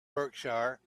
berkshire